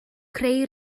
creu